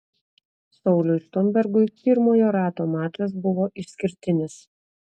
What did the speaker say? sauliui štombergui pirmojo rato mačas buvo išskirtinis